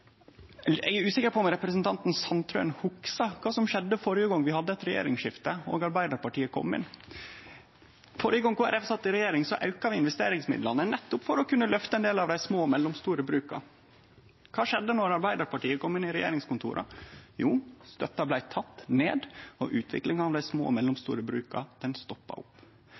Eg er usikker på om representanten Sandtrøen hugsar kva som skjedde førre gong vi hadde eit regjeringsskifte og Arbeidarpartiet kom inn. Førre gong Kristeleg Folkeparti sat i regjering, auka vi investeringsmidlane nettopp for å kunne løfte ein del av dei små og mellomstore bruka. Kva skjedde då Arbeidarpartiet kom inn i regjeringskontora? Jo, støtta blei teken ned, og utviklinga av dei små og mellomstore bruka stoppa opp.